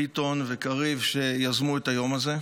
ביטון וקריב שיזמו את היום הזה,